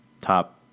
top